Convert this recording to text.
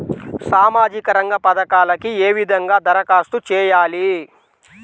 సామాజిక రంగ పథకాలకీ ఏ విధంగా ధరఖాస్తు చేయాలి?